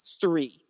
three